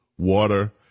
water